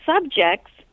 subjects